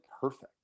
perfect